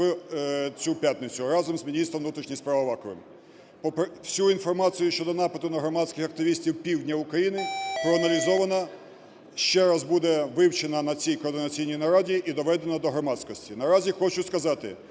планувалася провести в цю п'ятницю разом з міністром внутрішніх справ Аваковим. Попри… Всю інформацію щодо нападу на громадських активістів півдня України проаналізована, ще раз буде вивчена на цій координаційній нараді і доведена до громадськості.